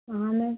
हाँ मेम